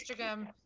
Instagram